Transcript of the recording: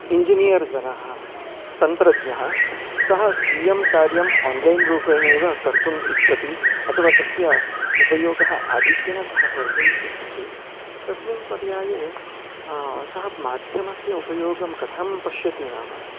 engineer जनः तन्त्रज्ञः सः स्वीयं कार्यम् आन्लैन् रूपेणैव कर्तुम् इच्छति अथवा तस्य उपयोगः आधिक्येन सः कर्तुम् इच्छति तस्मिन् पर्याये सः माध्यमस्य उपयोगं कथं पश्यति नाम